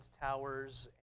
towers